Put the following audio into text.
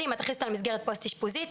להכניס אותה למסגרת פוסט אישפוזית,